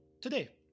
today